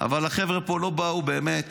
אבל החברה פה לא באו פה באמת,